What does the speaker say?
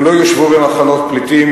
הם לא ישבו במחנות פליטים,